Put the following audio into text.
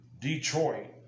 Detroit